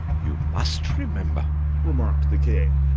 you must remember remarked the king,